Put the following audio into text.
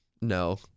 No